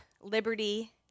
liberty